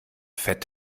fett